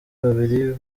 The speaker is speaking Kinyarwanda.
babiri